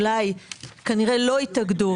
אולי לא התאגדו.